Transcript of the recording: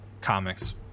comics